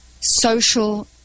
social